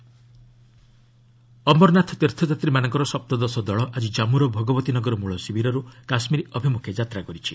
ଅମରନାଥ ଯାତ୍ରା ଅମରନାଥ ତୀର୍ଥଯାତ୍ରୀମାନଙ୍କ ସପ୍ତଦଶ ଦଳ ଆଜି ଜମ୍ମର ଭଗବତୀ ନଗର ମୂଳ ଶିବିରରୁ କାଶ୍ମୀର ଅଭିମୁଖେ ଯାତ୍ରା କରିଛି